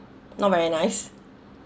not very nice